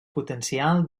potencial